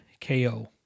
KO